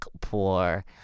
poor